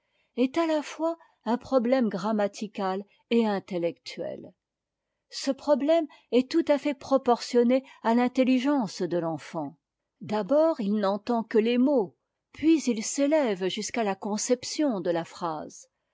est à la a fois un problème grammatical et intellectuel ce il problème est tout à fait proportionné à l'intellis gênée de l'enfant d'abord il n'entend que les mots puis il s'élève jusqu'à la conception de la phrase